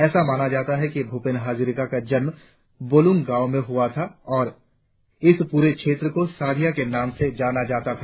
ऐसा माना जाता है की भूपेन हाजरिका का जन्म बोलुंग गांव में हुआ था और इस पूरे क्षेत्र को सदिया के नाम से जाना जाता था